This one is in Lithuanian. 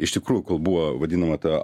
iš tikrųjų buvo vadinama ta